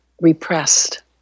repressed